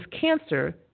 cancer